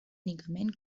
únicament